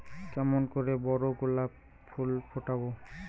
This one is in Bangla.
কেমন করে বড় গোলাপ ফুল ফোটাব?